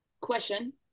Question